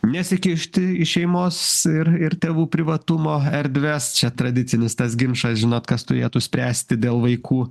nesikišti į šeimos ir ir tėvų privatumo erdves čia tradicinis tas ginčas žinot kas turėtų spręsti dėl vaikų